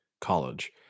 college